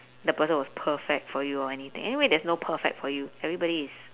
the person was perfect for you or anything anyway there's no perfect for you everybody is